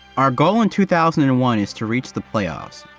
our goal in two thousand and one is to reach the playoffs,